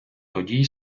тоді